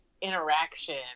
interaction